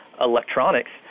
electronics